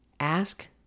Ask